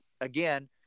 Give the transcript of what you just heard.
again